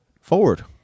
Forward